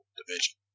division